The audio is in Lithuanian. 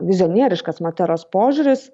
vizionieriškas materos požiūris